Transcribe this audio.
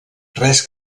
res